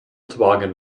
toboggan